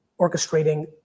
orchestrating